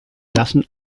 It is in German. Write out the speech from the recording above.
lassen